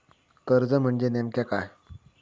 कर्ज म्हणजे नेमक्या काय?